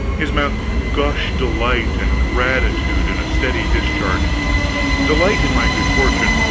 his mouth gushed delight and gratitude in a steady discharge delight in my good fortune,